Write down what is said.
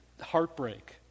heartbreak